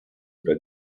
oder